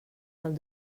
del